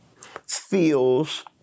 feels